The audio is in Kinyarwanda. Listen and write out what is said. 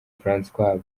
françois